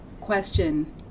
question